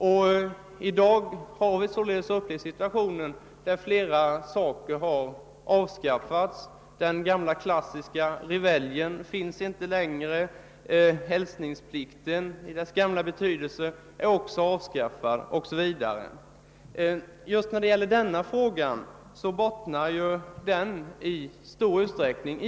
Vi har alltså sett att mycket redan avskaffats. Den gamla klassiska reveljen finns inte längre, hälsningsplikten i sin gamla form är också avskaffad o.s.v. Förslaget i propositionen bygger i hög grad på samma motiv.